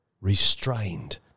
restrained